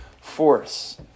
force